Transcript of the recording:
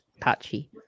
patchy